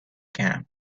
camp